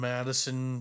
Madison